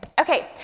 okay